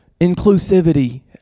inclusivity